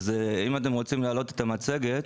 אם אתם רוצים להעלות את המצגת,